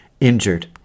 injured